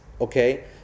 okay